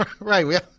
Right